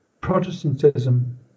Protestantism